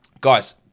Guys